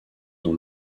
dans